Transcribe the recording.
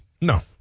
No